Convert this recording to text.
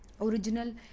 Original